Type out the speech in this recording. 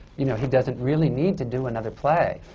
you know, he doesn't really need to do another play.